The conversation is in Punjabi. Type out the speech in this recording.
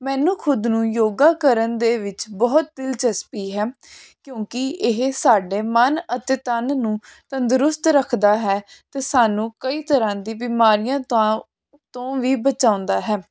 ਮੈਨੂੰ ਖੁਦ ਨੂੰ ਯੋਗਾ ਕਰਨ ਦੇ ਵਿੱਚ ਬਹੁਤ ਦਿਲਚਸਪੀ ਹੈ ਕਿਉਂਕਿ ਇਹ ਸਾਡੇ ਮਨ ਅਤੇ ਤਨ ਨੂੰ ਤੰਦਰੁਸਤ ਰੱਖਦਾ ਹੈ ਅਤੇ ਸਾਨੂੰ ਕਈ ਤਰ੍ਹਾਂ ਦੀ ਬਿਮਾਰੀਆਂ ਤਾਂ ਤੋਂ ਵੀ ਬਚਾਉਂਦਾ ਹੈ